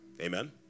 amen